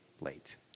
late